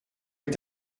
est